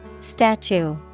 Statue